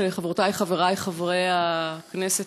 חברותי וחברי חברי הכנסת,